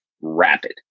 rapid